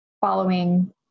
following